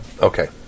Okay